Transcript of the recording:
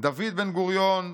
דוד בן-גוריון,